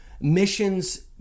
missions